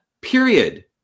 Period